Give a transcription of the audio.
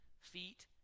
feet